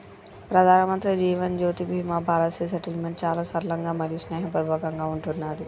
ప్రధానమంత్రి Jeevan Jyoti Bima policy settlement చాలా సరళంగా మరియు స్నేహపూర్వకంగా ఉంటున్నాది